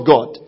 God